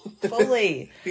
Fully